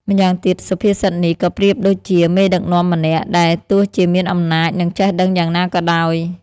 ម្យ៉ាងទៀត សុភាសិតនេះក៏ប្រៀបដូចជា មេដឹកនាំម្នាក់ ដែលទោះជាមានអំណាច និងចេះដឹងយ៉ាងណាក៏ដោយ។